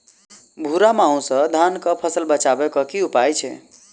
भूरा माहू सँ धान कऽ फसल बचाबै कऽ की उपाय छै?